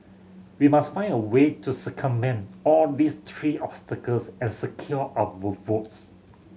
we must find a way to circumvent all these tree obstacles and secure our votes